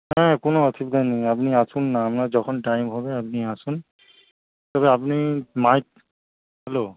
হ্যাঁ কোনো অসুবিধা নেই আপনি আসুন না আপনার যখন টাইম হবে আপনি আসুন তবে আপনি হ্যালো